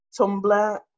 Tumblr